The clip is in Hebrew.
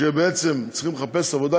שצריכים לחפש עבודה,